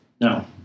No